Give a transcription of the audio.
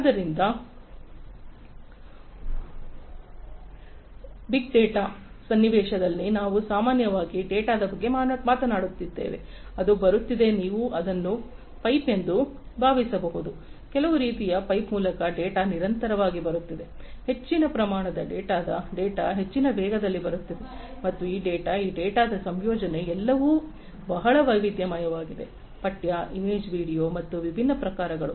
ಆದ್ದರಿಂದ big data ಸನ್ನಿವೇಶದಲ್ಲಿ ನಾವು ಸಾಮಾನ್ಯವಾಗಿ ಡೇಟಾದ ಬಗ್ಗೆ ಮಾತನಾಡುತ್ತಿದ್ದೇವೆ ಅದು ಬರುತ್ತಿದೆ ನೀವು ಅದನ್ನು ಪೈಪ್ ಎಂದು ಭಾವಿಸಬಹುದು ಕೆಲವು ರೀತಿಯ ಪೈಪ್ ಮೂಲಕ ಡೇಟಾ ನಿರಂತರವಾಗಿ ಬರುತ್ತಿದೆ ಹೆಚ್ಚಿನ ಪ್ರಮಾಣದ ಡೇಟಾ ಹೆಚ್ಚಿನ ವೇಗದಲ್ಲಿ ಬರುತ್ತಿದೆ ಮತ್ತು ಈ ಡೇಟಾ ಈ ಡೇಟಾದ ಸಂಯೋಜನೆ ಎಲ್ಲವೂ ಬಹಳ ವೈವಿಧ್ಯಮಯವಾಗಿದೆ ಪಠ್ಯ ಇಮೇಜ್ ವಿಡಿಯೋ ಮತ್ತು ವಿಭಿನ್ನ ಪ್ರಕಾರಗಳು